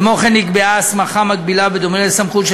כמו כן נקבעה הסמכה מקבילה בדומה לסמכות של